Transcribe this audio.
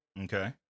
Okay